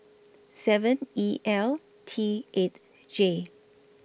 seven E L T eight J